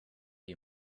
you